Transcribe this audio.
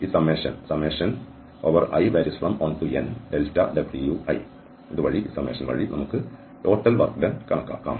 ഈ summation i1Nwi വഴി നമുക്ക് ടോട്ടൽ വർക്ക് ഡൺ കണക്കാക്കാം